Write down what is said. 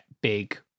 big